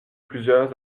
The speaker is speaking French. plusieurs